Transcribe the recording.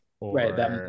Right